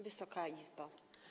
Wysoka Izbo!